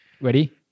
Ready